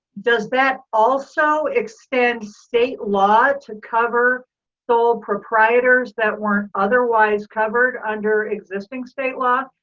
does that also extend state law to cover sole proprietors that weren't otherwise covered under existing state law?